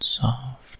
soft